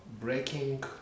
breaking